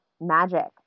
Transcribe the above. magic